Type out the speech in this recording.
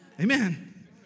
Amen